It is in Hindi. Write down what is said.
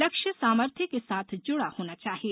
लक्ष्य सामर्थ्य के साथ जुड़ा होना चाहिए